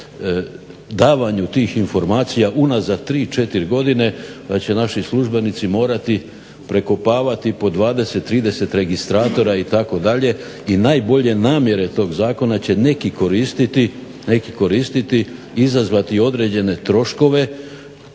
pa će naši službenici morati prekopavati po 20, 30 registratora itd. i najbolje namjere toga zakona će neki koristiti i izazvati određene troškove